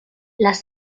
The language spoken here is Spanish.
las